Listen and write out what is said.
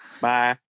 Bye